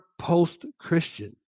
post-Christian